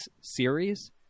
series